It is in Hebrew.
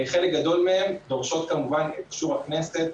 חלק גדול מהן דורשות כמובן את אישור הכנסת,